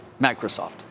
Microsoft